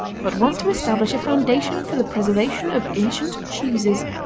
but wants to establish a foundation for the preservation of ancient cheeses.